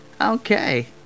Okay